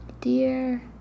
dear